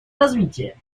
развития